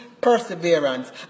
perseverance